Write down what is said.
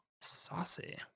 Saucy